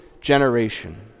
generation